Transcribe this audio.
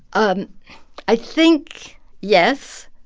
um i think yes,